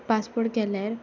passport केल्यार